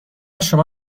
شما